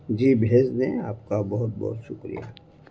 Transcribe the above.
جی بھیج دیں آپ کا بہت بہت شکریہ